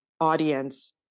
audience